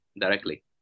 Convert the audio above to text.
directly